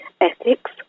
ethics